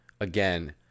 Again